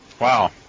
Wow